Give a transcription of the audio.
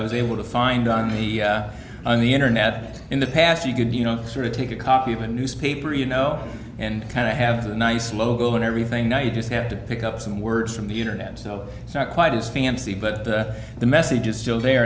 was able to find on the on the internet in the past you could you know sort of take a copy of a newspaper you know and kind of have the nice logo and everything now you just have to pick up some words from the internet so it's not quite as fancy but the message is still there